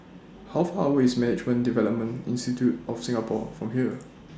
How Far away IS Management Development Institute of Singapore from here